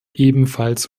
ebenfalls